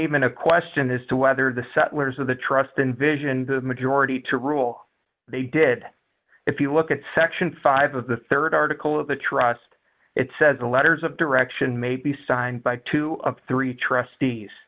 even a question as to whether the settlers of the trust invision the majority to rule they did if you look at section five of the rd article of the trust it says the letters of direction may be signed by two of three trustees